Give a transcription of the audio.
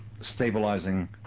stabilizing